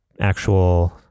actual